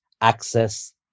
access